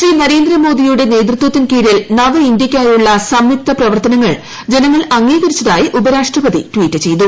ശ്രീ നരേന്ദ്രമോദിയുടെ നേതൃത്വത്തിൻ കീഴിൽ നവ ഇന്ത്യയ്ക്കായുളള സംയുക്ത പ്രവർത്തനങ്ങൾ ജനങ്ങൾ അംഗീകരിച്ചതായി ഉപരാഷ്ട്രപതി ട്വീറ്റ് ചെയ്തു